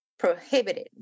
prohibited